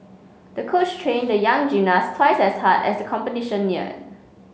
the coach trained the young gymnast twice as hard as competition neared